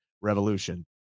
Revolution